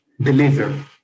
deliver